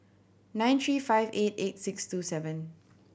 nine three five eight eight six two seven